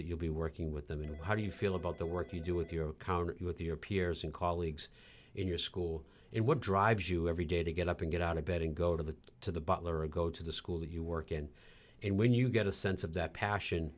that you'll be working with them you know how do you feel about the work you do with your account with your peers and colleagues in your school and what drives you every day to get up and get out of bed and go to the to the butler or go to the school you work in and when you get a sense of that passion